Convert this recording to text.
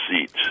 seats